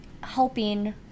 helping